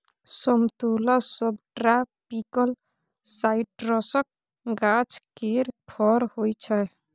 समतोला सबट्रापिकल साइट्रसक गाछ केर फर होइ छै